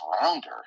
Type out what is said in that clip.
rounder